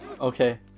Okay